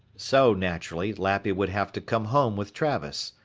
so, naturally, lappy would have to come home with travis.